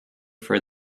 for